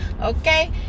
okay